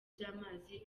by’amazi